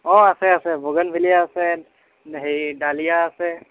অঁ আছে আছে ব'গেনভেলিয়া আছে হেৰি ডালিয়া আছে